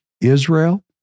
Israel